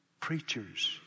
preachers